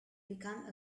become